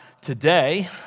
today